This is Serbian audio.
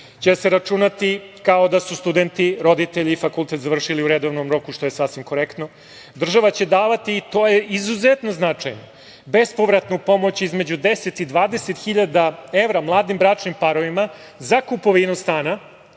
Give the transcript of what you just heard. će se računati kao da su studenti roditelji fakultet završili u redovnom roku, što je sasvim korektno. Država će davati, i to je izuzetno značajno, bespovratnu pomoć između 10 i 20 hiljada evra mladim bračnim parovima za kupovinu stana,